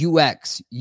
UX